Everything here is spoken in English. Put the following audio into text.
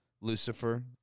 Lucifer